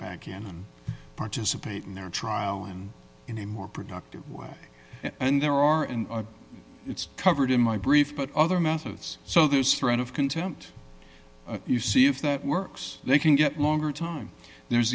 back in and participate in their trial and in a more productive way and there are and it's covered in my brief but other methods so there's threat of contempt you see if that works they can get longer time there's